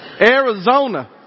Arizona